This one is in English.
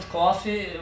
coffee